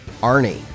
Arnie